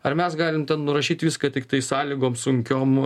ar mes galim ten nurašyt viską tiktai sąlygom sunkiom